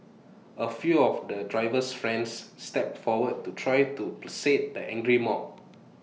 A few of the driver's friends stepped forward to try to placate the angry mob